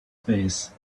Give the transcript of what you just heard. face